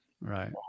Right